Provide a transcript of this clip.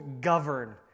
govern